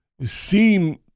seem